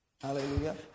Hallelujah